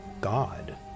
god